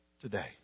today